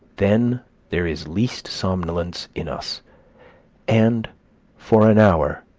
then there is least somnolence in us and for an hour,